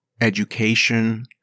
education